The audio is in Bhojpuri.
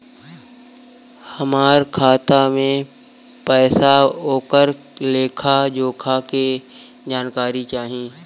हमार खाता में पैसा ओकर लेखा जोखा के जानकारी चाही?